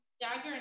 dagger